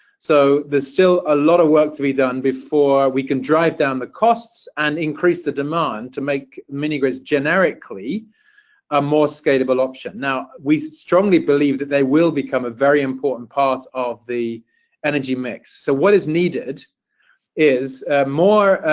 so there's still a lot of work to be done before we can drive down the costs and increase the demand to make mini grids generically a more scalable option. now we strongly believe that they will become a very important part of the energy mix. so what is needed is more,